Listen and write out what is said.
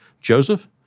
Joseph